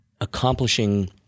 accomplishing